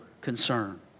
concern